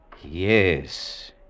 Yes